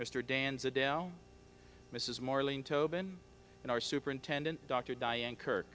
mr danza dow mrs marlene tobin and our superintendent dr diane kirk